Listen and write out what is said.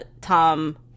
Tom